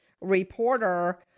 reporter